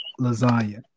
lasagna